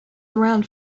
around